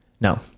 No